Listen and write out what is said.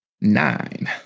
Nine